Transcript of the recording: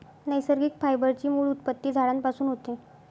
नैसर्गिक फायबर ची मूळ उत्पत्ती झाडांपासून होते